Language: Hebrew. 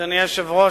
אדוני היושב-ראש,